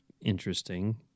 interesting